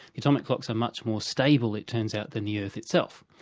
atomic clocks are much more stable it turns out than the earth itself.